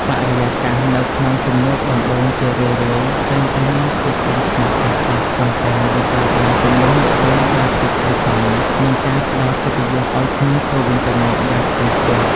បរិយាកាសនៅក្នុងជំនួបដំបូងជារឿយៗតែងតែមានភាពអៀនខ្មាសខ្លះៗ ប៉ុន្តែវាត្រូវបានជំនួសមកវិញដោយភាពគួរសម និងការផ្ដល់កិត្តិយសឱ្យគ្នាទៅវិញទៅមកយ៉ាងខ្ពង់ខ្ពស់។